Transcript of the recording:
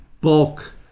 bulk